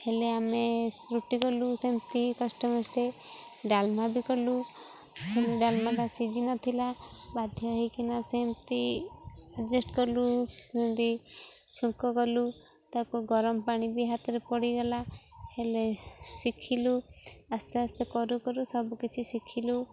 ହେଲେ ଆମେ ରୁଟି କଲୁ ସେମତି କଷ୍ଟମର୍ସରେ ଡ଼ାଲମା ବି କଲୁ ଡ଼ାଲମାଟା ସିଝିନଥିଲା ବାଧ୍ୟ ହୋଇକିନା ସେମିତି ଆଡ଼ଜଷ୍ଟ କଲୁ ଯେମିତି ଛୁଙ୍କ କଲୁ ତାକୁ ଗରମ ପାଣି ବି ହାତରେ ପଡ଼ିଗଲା ହେଲେ ଶିଖିଲୁ ଆସ୍ତେ ଆସ୍ତେ କରୁ କରୁ ସବୁକିଛି ଶିଖିଲୁ